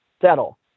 settle